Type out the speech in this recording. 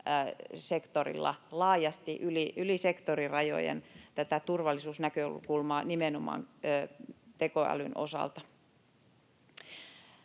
sektorilla, laajasti yli sektorirajojen, tätä turvallisuusnäkökulmaa nimenomaan tekoälyn osalta.